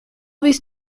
these